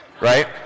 right